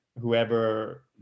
whoever